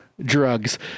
drugs